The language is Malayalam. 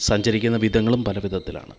സഞ്ചരിക്കുന്ന വിധങ്ങളും പലവിധത്തിലാണ്